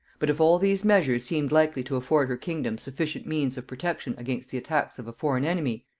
but if all these measures seemed likely to afford her kingdom sufficient means of protection against the attacks of a foreign enemy,